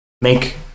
make